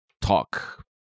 talk